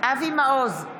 אבי מעוז,